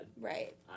Right